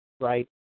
right